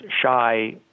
shy